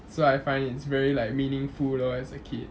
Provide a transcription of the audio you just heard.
so I find it's very like meaningful lor as a kid